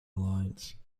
alliance